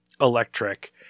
electric